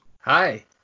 Hi